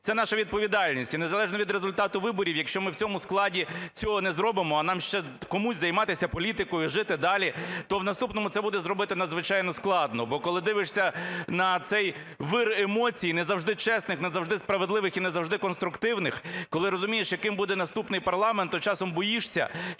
Це наша відповідальність. І незалежно від результату виборів, якщо ми в цьому складі цього не зробимо, а нам ще комусь займатися політикою, жити далі, то в наступному це буде зробити надзвичайно складно. Бо коли дивишся на цей вир емоцій не завжди чесних, не завжди справедливих і не завжди конструктивних, коли розумієш, яким буде наступний парламент, то часом боїшся,